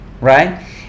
right